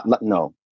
No